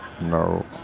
No